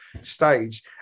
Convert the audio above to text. stage